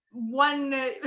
One